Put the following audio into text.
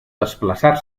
desplaçar